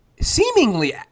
seemingly